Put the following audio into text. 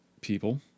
people